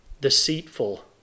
Deceitful